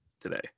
today